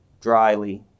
dryly